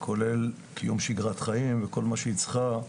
כולל קיום שגרת חיים, וכל מה שהיא צריכה.